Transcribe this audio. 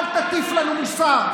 אל תטיף לנו מוסר.